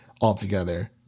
altogether